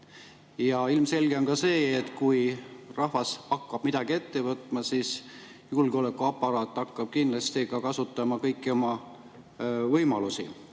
Ja ilmselge on ka see, et kui rahvas hakkab midagi ette võtma, siis julgeolekuaparaat hakkab kindlasti kasutama kõiki oma võimalusi